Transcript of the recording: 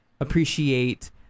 appreciate